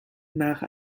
nach